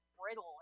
brittle